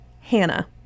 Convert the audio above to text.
Hannah